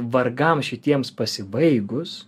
vargam šitiems pasibaigus